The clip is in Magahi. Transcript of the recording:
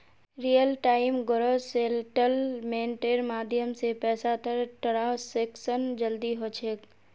रियल टाइम ग्रॉस सेटलमेंटेर माध्यम स पैसातर ट्रांसैक्शन जल्दी ह छेक